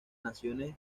naciones